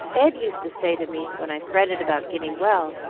ed used to say to me when i fretted about getting well,